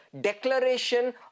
declaration